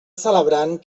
celebrant